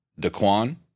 Daquan